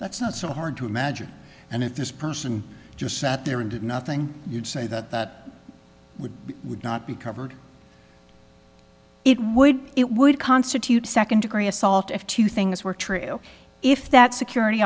that's not so hard to imagine and if this person just sat there and did nothing you'd say that that would not be covered it would it would constitute second degree assault if two things were true if that security